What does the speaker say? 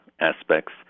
aspects